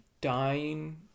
dying